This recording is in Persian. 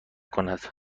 کند